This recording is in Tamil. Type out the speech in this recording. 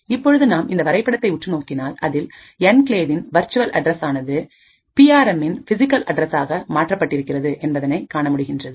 இப்பொழுது நாம் இந்த வரைபடத்தை உற்று நோக்கினால் அதில் என்கிளேவின் வர்ச்சுவல்அட்ரஸ்ஆனது பி எம்மின் பிசிகல் அட்றசாக மாற்றப்பட்டிருக்கும் என்பதனை காணமுடிகின்றது